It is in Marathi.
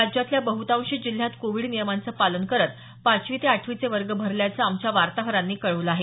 राज्यातल्या बहुतांशी जिल्ह्यात कोविड नियमांचं पालन करत पाचवी ते आठवीचे वर्ग भरल्याचं आमच्या वार्ताहरांनी कळवलं आहे